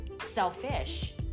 selfish